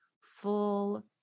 full